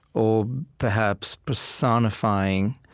or perhaps personifying,